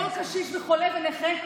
כל קשיש וחולה ונכה,